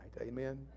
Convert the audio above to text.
Amen